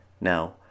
Now